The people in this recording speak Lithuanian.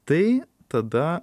tai tada